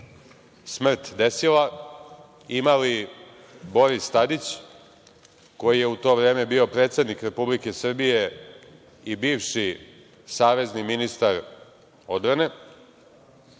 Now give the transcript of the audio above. smrt desila, imali Boris Tadić, koji je u to vreme bio predsednik Republike Srbije i bivši savezni ministar odbrane,